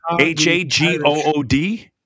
H-A-G-O-O-D